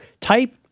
type